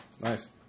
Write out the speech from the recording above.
Nice